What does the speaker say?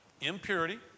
impurity